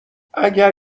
اگر